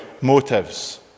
motives